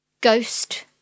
Ghost